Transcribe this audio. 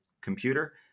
computer